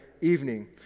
evening